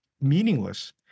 meaningless